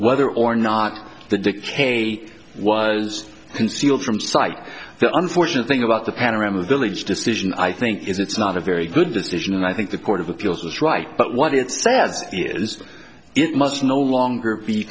whether or not the decay was concealed from sight the unfortunate thing about the panorama village decision i think is it's not a very good decision and i think the court of appeals is right but what it says is it must no longer be